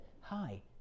hi